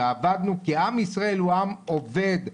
כי עם ישראל הוא עם עובד,